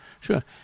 sure